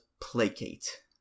Placate